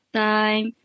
time